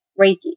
Reiki